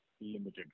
Limited